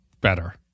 better